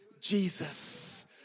Jesus